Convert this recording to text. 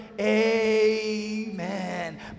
Amen